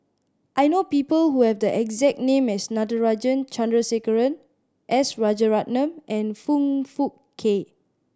I know people who have the exact name as Natarajan Chandrasekaran S Rajaratnam and Foong Fook Kay